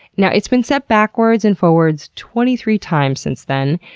now, it's been set backwards and forwards twenty three times since then.